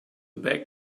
bag